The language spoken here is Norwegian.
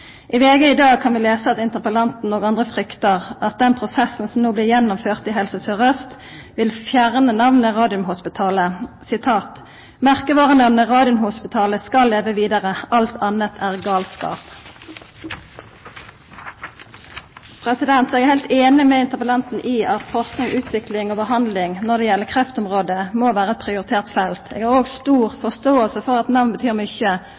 interpellanten – og andre – fryktar at den prosessen som no blir gjennomført i Helse Sør-Aust, vil fjerna namnet Radiumhospitalet: «Merkevarenavnet Radiumhospitalet skal leve videre, alt annet er galskap» Eg er heilt einig med interpellanten i at forsking, utvikling og behandling når det gjeld kreftområdet, må vera eit prioritert felt. Eg har òg stor forståing for at namn betyr mykje,